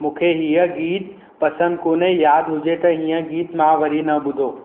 मूंखे हीअ गीत पसंदि कोन्हे यादि हुजे त हीअं गीत मां वरी न ॿुधो